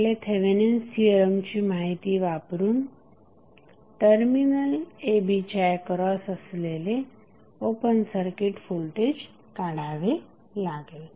आपले थेवेनिन्स थिअरमची माहिती वापरून टर्मिनल a b च्या एक्रॉस असलेले ओपन सर्किट व्होल्टेज काढावे लागेल